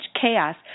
chaos